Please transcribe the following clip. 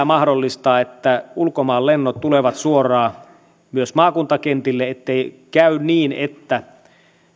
mahdollistaa että ulkomaanlennot tulevat suoraan myös maakuntakentille ettei käy niin että